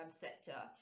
sector